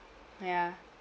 ya